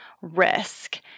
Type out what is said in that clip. risk